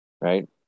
right